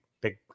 big